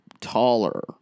taller